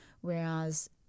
whereas